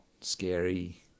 scary